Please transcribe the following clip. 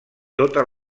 totes